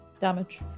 damage